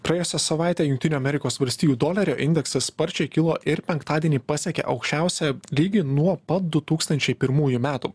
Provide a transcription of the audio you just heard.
praėjusią savaitę jungtinių amerikos valstijų dolerio indeksas sparčiai kilo ir penktadienį pasiekė aukščiausią lygį nuo pat du tūkstančiai pirmųjų metų